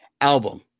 Album